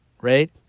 right